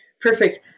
Perfect